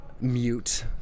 mute